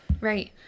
right